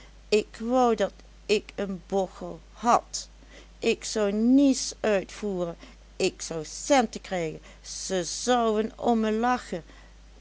ik wou dat ik een bochel had ik zou nies uitvoeren ik zou centen krijgen ze zouen om me lachen